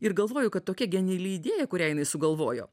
ir galvoju kad tokia geniali idėja kurią jinai sugalvojo